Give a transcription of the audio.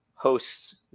Hosts